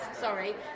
sorry